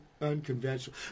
unconventional